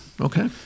Okay